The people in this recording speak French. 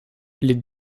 les